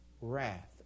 wrath